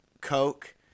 Coke